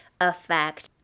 affect